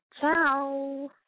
Ciao